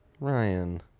Ryan